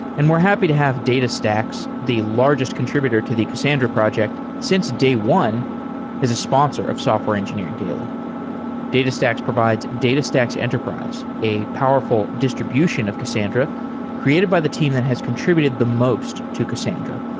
and we're happy to have datastax, the largest contributor to the cassandra project since day one as a sponsor of software engineering daily datastax provides datastax's enterprise, a powerful distribution of cassandra created by the team that has contributed the most to cassandra.